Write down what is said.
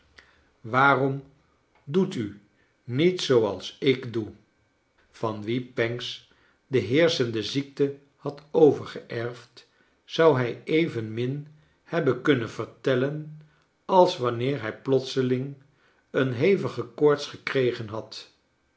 waarom doet u niet zooals ik doe van wien pancks de heerschende ziekte had overgeerfd zou hij evenmin hebben kunnen vertellen als wanneer hij plotseling een hevige koorts gekregen had